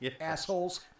Assholes